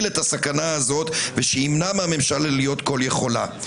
את הסכנה הזאת ושימנע מהממשלה להיות כל-יכולה.